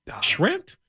Shrimp